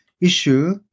issue